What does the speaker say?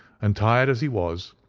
and, tired as he was,